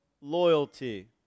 loyalty